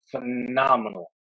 phenomenal